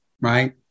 right